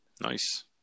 Nice